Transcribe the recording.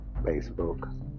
Facebook